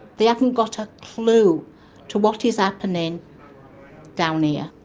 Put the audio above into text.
they haven't got a clue to what is happening down here.